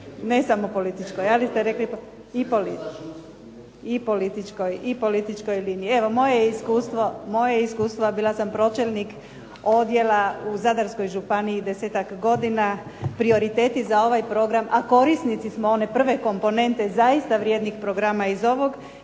Ne samo političkoj, ali ste rekli i političkoj liniji. Evo moje je iskustvo, a bila sam pročelnik odjela u Zadarskoj županiji 10-ak godina. Prioriteti za ovaj program, a korisnici smo one prve komponente zaista vrijednih programa iz ovog